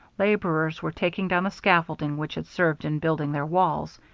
laborers were taking down the scaffolding which had served in building their walls.